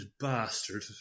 bastard